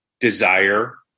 Desire